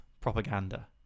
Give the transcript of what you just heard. propaganda